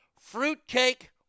fruitcake